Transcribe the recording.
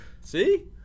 See